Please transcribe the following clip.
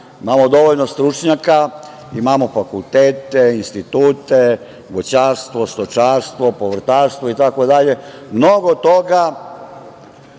imamo dovoljno stručnjaka, imamo fakultete, institute, voćarstvo, stočarstvo, povrtarstvo itd. Mnogo toga